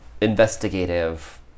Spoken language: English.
investigative